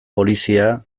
polizia